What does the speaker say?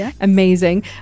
amazing